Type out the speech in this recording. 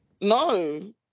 no